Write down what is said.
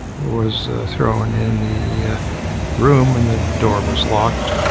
was thrown in the ah room and the door was locked